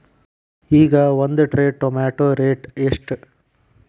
ಈಗ ಒಂದ್ tray tomato rate ಎಷ್ಟ?